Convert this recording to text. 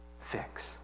fix